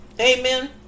Amen